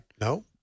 No